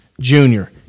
Junior